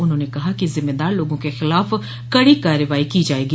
उन्होंने कहा कि जिम्मेदार लोगों के खिलाफ कड़ी कार्रवाई की जाएगी